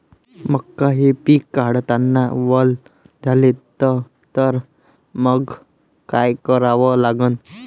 मका हे पिक काढतांना वल झाले तर मंग काय करावं लागन?